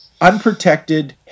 unprotected